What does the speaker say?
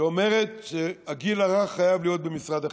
שאומרת שהגיל הרך חייב להיות במשרד החינוך.